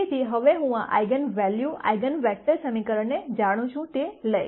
તેથી હવે હું આ આઇગન વૅલ્યુ આઇગન વેક્ટર સમીકરણને જાણું છું તે લઈશ